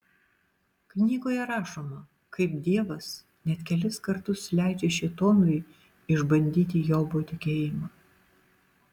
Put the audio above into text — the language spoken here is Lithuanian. knygoje rašoma kaip dievas net kelis kartus leidžia šėtonui išbandyti jobo tikėjimą